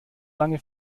lange